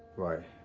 right